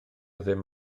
ddim